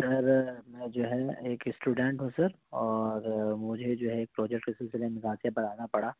سر میں جو ہے ایک اسٹوڈنٹ ہوں سر اور مجھے جو ہے ایک پروجیکٹ کے سلسلے میں غازی آباد آنا پڑا